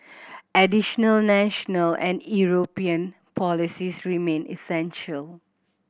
additional national and European policies remain essential